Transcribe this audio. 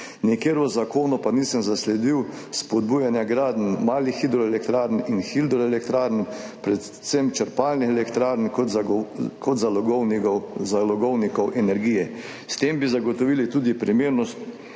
nikjer v zakonu pa nisem zasledil spodbujanja gradenj malih hidroelektrarn in hidroelektrarn, predvsem črpalnih elektrarn kot zalogovnikov energije. S tem bi zagotovili tudi primerno